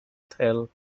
tailed